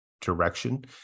direction